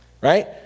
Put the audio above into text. Right